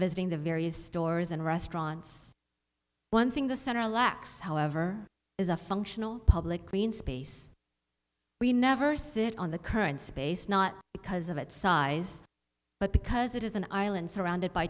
visiting the various stores and restaurants one thing the center lacks however is a functional public space we never sit on the current space not because of its size but because it is an island surrounded by